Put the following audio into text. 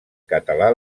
català